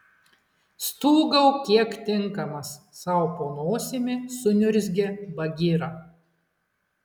stūgauk kiek tinkamas sau po nosimi suniurzgė bagira